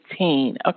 Okay